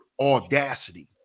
audacity